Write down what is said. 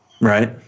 Right